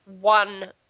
one